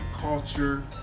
culture